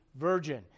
virgin